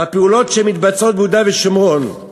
בפעולות שמתבצעות ביהודה ושומרון,